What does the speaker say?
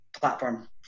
platform